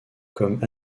comme